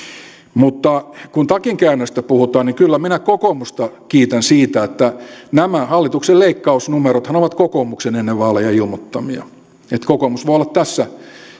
kun takinkäännöstä puhutaan niin kyllä minä kokoomusta kiitän siitä että nämä hallituksen leikkausnumerothan ovat kokoomuksen ennen vaaleja ilmoittamia että kokoomus voi olla tässä